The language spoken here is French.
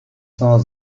sans